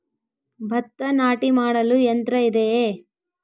ಭತ್ತ ನಾಟಿ ಮಾಡಲು ಯಂತ್ರ ಇದೆಯೇ?